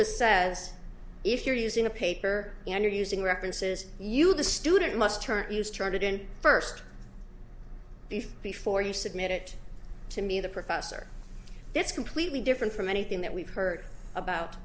this says if you're using a paper and you're using references you the student must turn you started in first before you submit it to me the professor that's completely different from anything that we've heard about